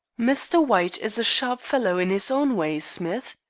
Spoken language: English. mr. white is a sharp fellow in his own way, smith.